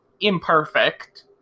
imperfect